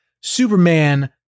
Superman